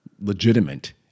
legitimate